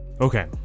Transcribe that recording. Okay